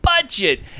budget